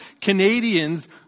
Canadian's